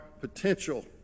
potential